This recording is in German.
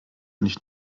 nicht